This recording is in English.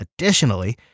Additionally